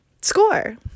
score